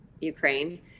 Ukraine